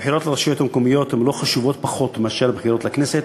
הבחירות לרשויות המקומיות חשובות לא פחות מאשר הבחירות לכנסת.